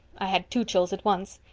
i had two chills at once.